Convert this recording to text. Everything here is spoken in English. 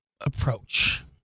approach